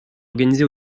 organisé